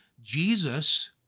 Jesus